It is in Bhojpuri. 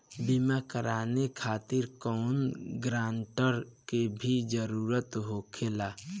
बीमा कराने खातिर कौनो ग्रानटर के भी जरूरत होखे ला?